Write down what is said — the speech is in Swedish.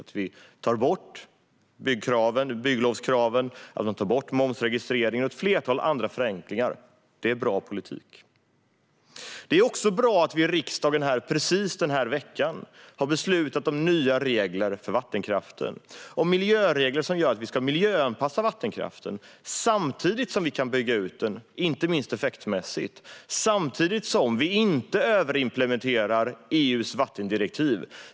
Att vi tar bort kraven på bygglov och momsregistrering och gör ett flertal andra förenklingar är bra politik. Det är också bra att riksdagen denna vecka har beslutat om nya regler för vattenkraften och miljöregler som gör att vi ska miljöanpassa vattenkraften samtidigt som vi kan bygga ut den, inte minst effektmässigt, och samtidigt som vi inte överimplementerar EU:s vattendirektiv.